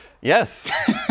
Yes